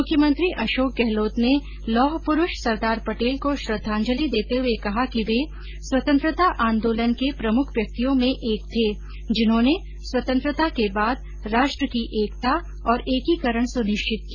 मुख्यमंत्री अशोक गहलोत ने लौह पुरूष सरदार पटेल को श्रद्वांजलि देते हुए कहा कि वे स्वतंत्रता आंदोलन के प्रमुख व्यक्तियों में एक थे जिन्होंने स्वतंत्रता के बाद राष्ट्र की एकता और एकीकरण सुनिश्चित किया